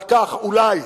על כך שאולי,